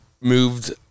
moved